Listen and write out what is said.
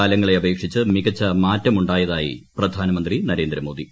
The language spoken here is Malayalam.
കാലങ്ങളെ അപേക്ഷിച്ച് മിക്ച്ച മാറ്റമുണ്ടായതായി പ്രധാനമന്ത്രി നരേന്ദ്രമോദി